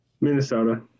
Minnesota